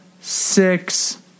six